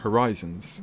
Horizons